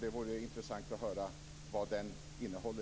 Det vore intressant att höra vad den i så fall innehåller.